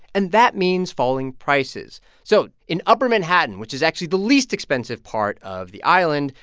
and that means falling prices so in upper manhattan, which is actually the least expensive part of the island,